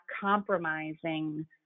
compromising